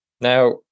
Now